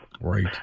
Right